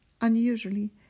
unusually